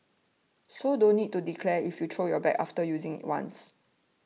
so don't need to declare if you throw your bag after using it once